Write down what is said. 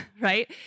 right